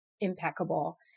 impeccable